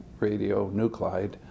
radionuclide